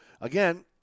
again